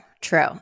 True